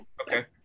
Okay